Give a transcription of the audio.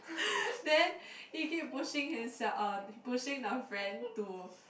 then he keep pushing himself uh pushing the friend to